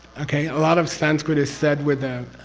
okay, a lot of sanskrit is said with a